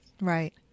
Right